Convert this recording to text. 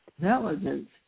intelligence